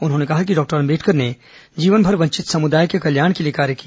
उन्होंने कहा कि डॉक्टर अंबेडकर ने जीवनभर वंचित समुदाय के कल्याण के लिए कार्य किया